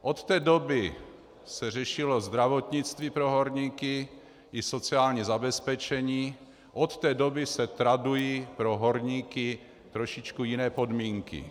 Od té doby se řešilo zdravotnictví pro horníky i sociální zabezpečení, od té doby se tradují pro horníky trošičku jiné podmínky.